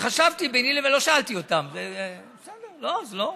וחשבתי ביני לבין, לא שאלתי אותם, בסדר, לא אז לא,